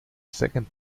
second